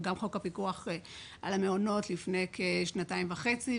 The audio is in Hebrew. וגם חוק הפיקוח על המעונות לפני כשנתיים וחצי,